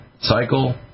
cycle